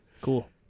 cool